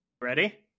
Ready